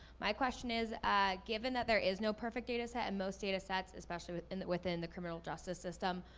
my question is given that there is no perfect data set and most data sets, especially within the within the criminal justice system,